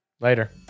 Later